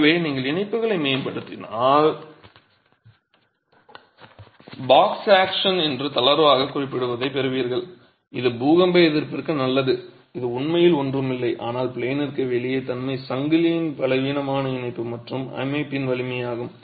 எனவே நீங்கள் இணைப்புகளை மேம்படுத்தினால் பாக்ஸ் ஆக்ஷன் என்று தளர்வாகக் குறிப்பிடப்படுவதைப் பெறுவீர்கள் இது பூகம்ப எதிர்ப்பிற்கு நல்லது இது உண்மையில் ஒன்றும் இல்லை ஆனால் ப்ளேனிற்கு வெளியே தன்மை சங்கிலியின் பலவீனமான இணைப்பு மற்றும் அமைப்பின் வலிமையாகும்